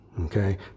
okay